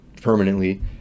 Permanently